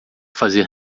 fazer